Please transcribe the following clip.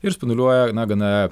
ir spinduliuoja na gana